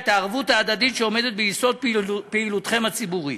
את הערבות ההדדית שעומדת ביסוד פעילותכם הציבורית.